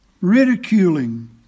ridiculing